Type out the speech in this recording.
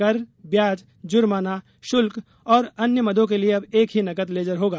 कर ब्याज जुर्माना शुल्का और अन्य मदों के लिए अब एक ही नकद लेजर होगा